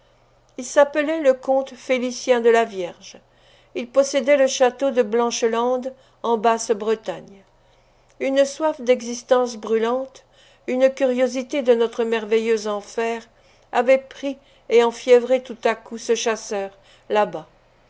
il s'appelait le comte félicien de la vierge il possédait le château de blanchelande en basse-bretagne une soif d'existence brûlante une curiosité de notre merveilleux enfer avait pris et enfiévré tout à coup ce chasseur là-bas